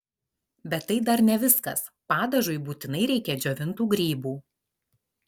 bet tai dar ne viskas padažui būtinai reikia džiovintų grybų